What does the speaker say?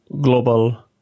global